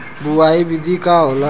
बुआई विधि का होला?